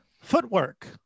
Footwork